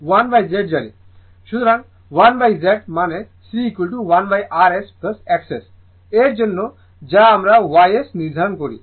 সুতরাং 1Z মানে C1rs XS এর জন্য যা আমরা Y S নির্ধারণ করি